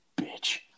bitch